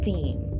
Steam